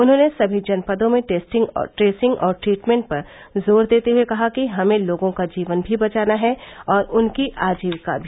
उन्होंने सभी जनपदों में टेस्टिंग ट्रेसिंग और ट्रीटमेंट पर जोर देते हुए कहा कि हमें लोगों का जीवन भी बचाना है और उनकी अजीविका भी